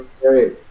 great